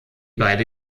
beide